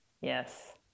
yes